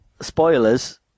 spoilers